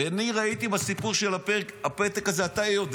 ואני ראיתי בסיפור של הפתק הזה, אתה יודע